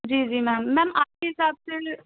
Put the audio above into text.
جی جی ma'am ma'am آپ کے حساب سے